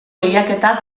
lehiaketa